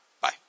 Bye